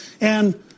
and-